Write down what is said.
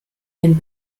den